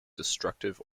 destructive